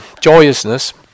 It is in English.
joyousness